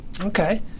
Okay